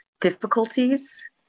difficulties